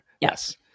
Yes